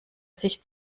sich